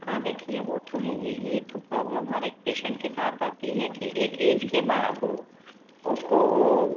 हाँ देखिये वो तो है ही है ये तो प्रॉब्लम हर एक पेसेंट के साथ आती है कि एक ऐज के बाद उसको